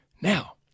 Now